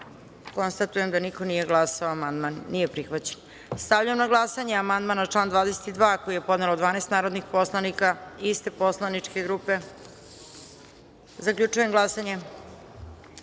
konstatujem da niko nije glasao. Amandman nije prihvaćen. Stavljam na glasanje amandman na član 2. koji je podnelo 12 narodnih poslanika iste poslaničke grupe. Molim vas